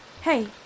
Hey